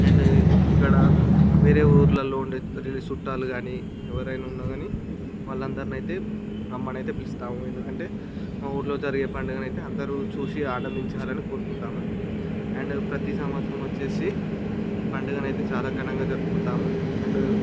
and ఇంటికాడా వేరే ఊళ్ళలో వుండే రిలే చుట్టాలు కానీ ఎవరైనా వున్న కానీ వాళ్ళందరిని అయితే రమ్మని అయితే పిలుస్తాము ఎందుకంటే మా ఊరిలో జరిగే పండుగను అయితే అందరు చూసి ఆనందించాలని కోరుకుంటాము అండ్ ప్రతి సంవత్సరం వచ్చి ఈ పండుగనైతే చాలా ఘనంగా జరుపుకుంటాము అండ్